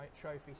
trophy